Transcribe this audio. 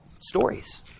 stories